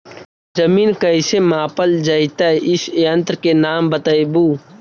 जमीन कैसे मापल जयतय इस यन्त्र के नाम बतयबु?